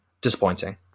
disappointing